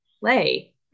play